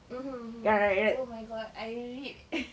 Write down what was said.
mmhmm mmhmm oh my god I reread